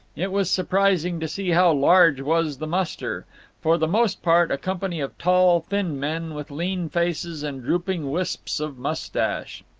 it was surprising to see how large was the muster for the most part a company of tall, thin men, with lean faces and drooping wisps of moustache.